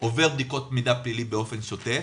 עובר בדיקות מידע פלילי באופן שוטף,